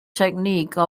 technique